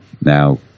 Now